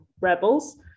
rebels